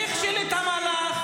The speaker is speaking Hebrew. מי הכשיל את המהלך?